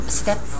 step